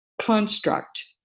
construct